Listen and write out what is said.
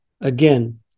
Again